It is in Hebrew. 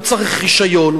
הוא צריך רשיון,